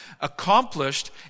accomplished